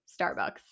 Starbucks